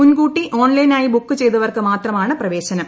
മൂൻകൂട്ടി ഓൺലൈനായി ബുക്ക് ചെയ്തവർക്ക് മാത്രമാണ് പ്രവേശനം